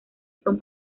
son